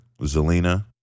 Zelina